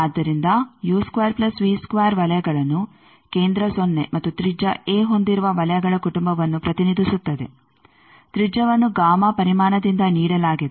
ಆದ್ದರಿಂದ ವಲಯಗಳನ್ನು ಕೇಂದ್ರ ಸೊನ್ನೆ ಮತ್ತು ತ್ರಿಜ್ಯ ಎ ಹೊಂದಿರುವ ವಲಯಗಳ ಕುಟುಂಬವನ್ನು ಪ್ರತಿನಿಧಿಸುತ್ತದೆ ತ್ರಿಜ್ಯವನ್ನು ಗಾಮಾ ಪರಿಮಾನದಿಂದ ನೀಡಲಾಗಿದೆ